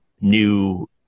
new